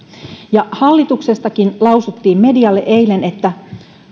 ja hallituksestakin lausuttiin medialle eilen että